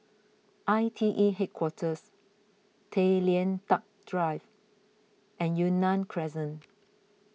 I T E Headquarters Tay Lian Teck Drive and Yunnan Crescent